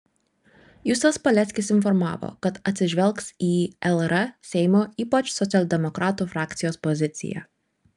justas paleckis informavo kad atsižvelgs į lr seimo ypač socialdemokratų frakcijos poziciją